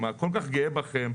אני כל כך גאה בכן.